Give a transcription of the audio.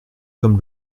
comme